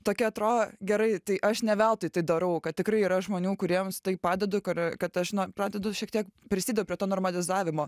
tokia atrodo gerai tai aš ne veltui tai darau kad tikrai yra žmonių kuriems tai padedu kur kad aš nu pradedu šiek tiek prisidedu prie to normalizavimo